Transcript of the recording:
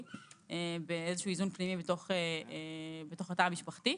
ואיזה איזון פנימי בתוך התא המשפחתי.